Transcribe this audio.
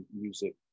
music